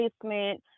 placement